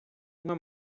uma